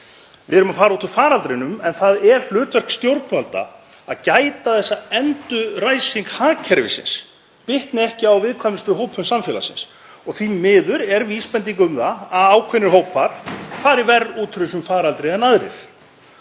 Við erum að fara út úr faraldrinum, en það er hlutverk stjórnvalda að gæta þess að endurræsing hagkerfisins bitni ekki á viðkvæmustu hópum samfélagsins. Og því miður er vísbending um það að ákveðnir hópar fari verr út úr þessum faraldri en aðrir.